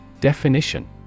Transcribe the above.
Definition